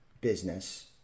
business